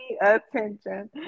attention